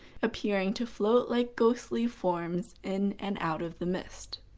appearing to float like ghostly forms in and out of the mist.